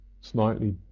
slightly